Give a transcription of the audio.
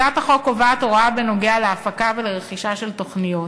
הצעת החוק קובעת הוראה בנוגע להפקה ולרכישה של תוכניות.